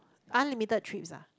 unlimited trips ah